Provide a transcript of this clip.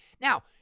Now